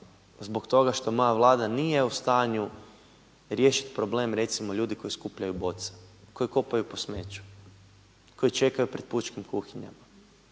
zbog toga što moja vlada nije u stanju riješiti problem recimo ljudi koji skupljaju boce, koji kopaju po smeću, koji čekaju pred pučkim kuhinjama.